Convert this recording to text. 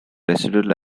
residual